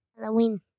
Halloween